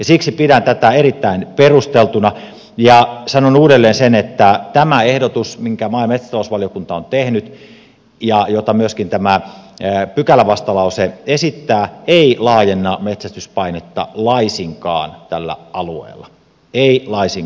siksi pidän tätä erittäin perusteltuna ja sanon uudelleen sen että tämä ehdotus minkä maa ja metsätalousvaliokunta on tehnyt ja mitä myöskin tämä pykälävastalause esittää ei laajenna metsästyspainetta laisinkaan tällä alueella ei laisinkaan